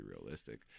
realistic